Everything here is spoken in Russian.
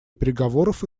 переговоров